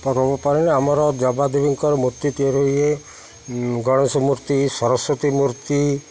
ପର୍ବ ପାଇଁ ଆମର ଦେବାଦେବୀଙ୍କର ମୂର୍ତ୍ତି ତିଆରି ହୁଏ ଗଣେଶ ମୂର୍ତ୍ତି ସରସ୍ଵତୀ ମୂର୍ତ୍ତି